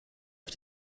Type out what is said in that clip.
auf